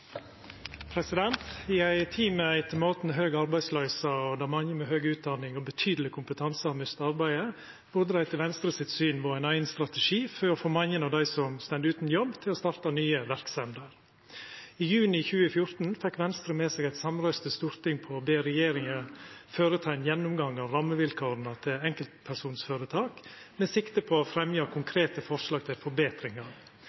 I ei tid med etter måten høg arbeidsløyse og der mange med høg utdanning og betydeleg kompetanse har mista arbeidet, burde det etter Venstre sitt syn vore ein eigen strategi for å få mange av dei som står utan jobb, til å starta nye verksemder. I juni 2014 fekk Venstre med seg eit samrøystes storting på å be regjeringa gjera ein gjennomgang av rammevilkåra for enkeltpersonføretak med sikte på å fremja